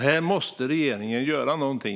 Här måste regeringen göra någonting.